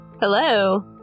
Hello